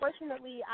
unfortunately